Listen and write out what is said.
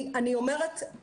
אני אומרת,